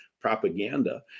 propaganda